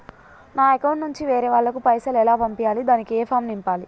నా అకౌంట్ నుంచి వేరే వాళ్ళకు పైసలు ఎలా పంపియ్యాలి దానికి ఏ ఫామ్ నింపాలి?